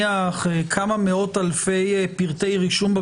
הדיגיטלי, מכיוון שמה לעשות זה להוסיף רשומות